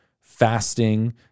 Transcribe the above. fasting